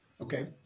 Okay